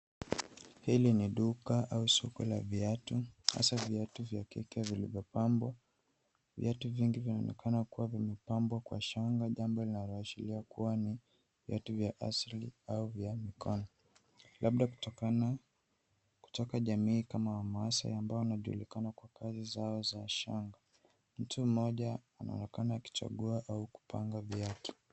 Hili ni duka au soko la viatu hasa viatu vya kike vilivyopambwa. Viatu vingi vyaonekana kuwa vimepambwa kwa shanga jambo linaloashiria kuwa ni viatu vya asili au vya mikono labda kutokana kutoka jamii kama ya wamaasai ambao wanajulikana kwa kazi zao za shanga. Mtu mmoja anaonekana akichagua au kupanga viatu.